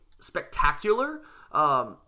spectacular –